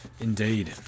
Indeed